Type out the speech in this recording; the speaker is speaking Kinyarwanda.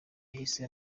yahise